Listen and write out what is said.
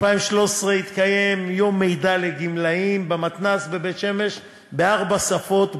ב-2013 התקיים יום מידע לגמלאים במתנ"ס בבית-שמש בארבע שפות בו-זמנית.